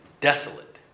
desolate